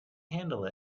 handle